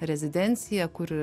rezidencija kur